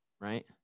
Right